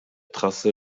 trasse